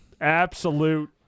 Absolute